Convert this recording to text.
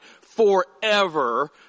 forever